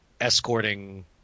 escorting